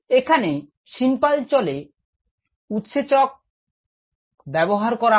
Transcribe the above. এখানে তালিকাটি শিল্পাঞ্চলে ব্যবহূত উৎসেচক নিয়ে করা হয়েছে